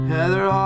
Heather